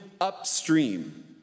upstream